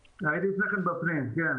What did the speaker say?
--- תקשיב.